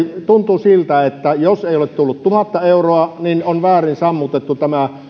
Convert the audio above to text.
tuntuu siltä että jos ei ole tullut tuhatta euroa niin on väärin sammutettu tämä